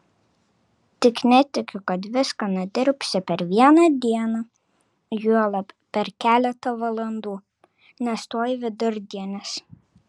tik netikiu kad viską nudirbsi per vieną dieną juolab per keletą valandų nes tuoj vidurdienis